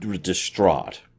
distraught